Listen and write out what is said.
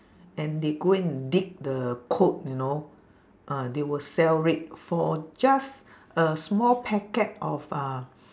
and they go and dig the you know uh they will sell it for just a small packet of uh